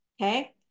okay